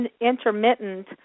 intermittent